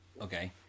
Okay